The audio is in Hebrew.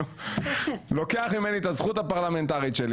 נו לוקח ממני את הזכות הפרלמנטרית שלי